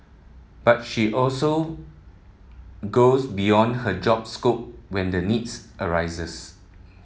but she also goes beyond her job scope when the need arises